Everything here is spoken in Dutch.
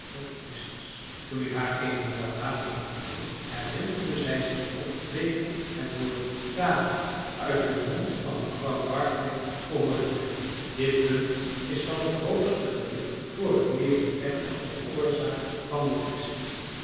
dat er twist was toen ik haar evenwel nader ondervroeg herinnerde zij zich ook twee keer het woord david uit den mond van mevrouw barclay gehoord te hebben dit punt is van het hoogste gewicht voor het leeren kennen van de oorzaak van den twist